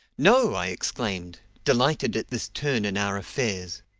no! i exclaimed, delighted at this turn in our affairs.